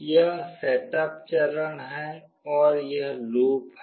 यह सेटअप चरण है और यह लूप है